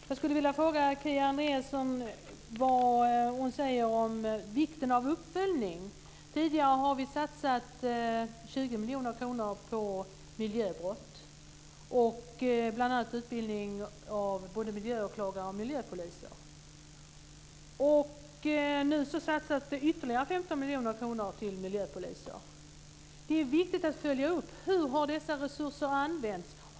Fru talman! Jag skulle vilja fråga Kia Andreasson vad hon säger om vikten av uppföljning. Tidigare har vi satsat 20 miljoner kronor på miljöbrott, bl.a. på utbildning av både miljöåklagare och miljöpoliser. Nu satsas det ytterligare 15 miljoner kronor till miljöpoliser. Det är viktigt att följa upp hur dessa resurser har använts.